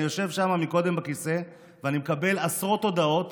אני יושב שם קודם בכיסא ואני מקבל עשרות הודעות